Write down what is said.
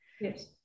yes